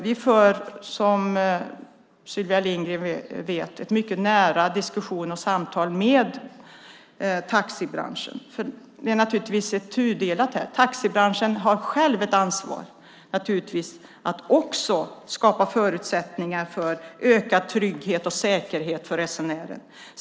Vi för, som Sylvia Lindgren vet, mycket nära diskussioner och samtal med taxibranschen. Det är naturligtvis tudelat. Taxibranschen har naturligtvis själv ett ansvar att också skapa förutsättningar för ökad trygghet och säkerhet för resenären.